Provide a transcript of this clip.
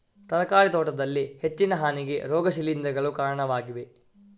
ತರಕಾರಿ ತೋಟದಲ್ಲಿ ಹೆಚ್ಚಿನ ಹಾನಿಗೆ ರೋಗ ಶಿಲೀಂಧ್ರಗಳು ಕಾರಣವಾಗಿವೆ